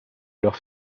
alors